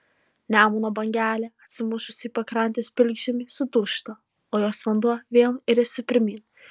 nemuno bangelė atsimušusi į pakrantės pilkžemį sudūžta o jos vanduo vėl iriasi pirmyn